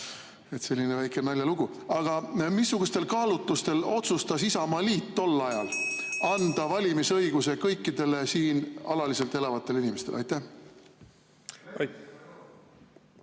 Selline väike naljalugu. Aga missugustel kaalutlustel otsustas Isamaaliit tol ajal anda valimisõiguse kõikidele siin alaliselt elavatele inimestele? Jah.